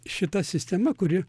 šita sistema kuri